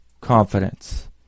confidence